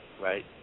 right